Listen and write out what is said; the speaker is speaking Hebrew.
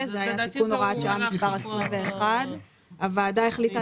זו היה תיקון הוראת שעה מס' 21. הוועדה החליטה